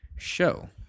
show